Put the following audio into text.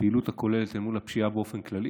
לפעילות הכוללת למיגור הפשיעה באופן כללי,